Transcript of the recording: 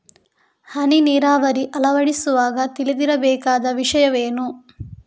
ಹನಿ ನೀರಾವರಿ ಅಳವಡಿಸುವಾಗ ತಿಳಿದಿರಬೇಕಾದ ವಿಷಯವೇನು?